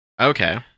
Okay